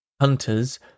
hunters